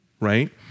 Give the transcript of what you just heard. right